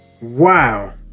Wow